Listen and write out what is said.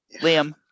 Liam